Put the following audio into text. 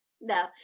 No